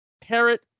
parrot